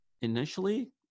initially